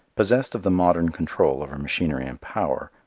possessed of the modern control over machinery and power,